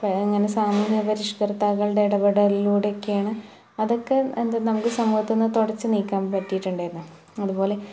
അപ്പോൾ ഇങ്ങനെ സാമൂഹിക പരിഷ്കര്ത്താക്കളുടെ ഇടപെടലിലൂടെ ഒക്കെയാണ് അതൊക്കെ എന്താണ് നമുക്ക് സമൂഹത്തീന്ന് തുടച്ചു നീക്കാന് പറ്റിയിട്ടുണ്ടായിരുന്നു അതുപോലെ